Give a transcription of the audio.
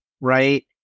right